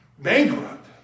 Bankrupt